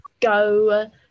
go